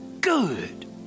good